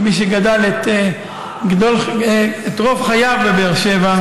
כמי שגדל רוב חייו בבאר שבע,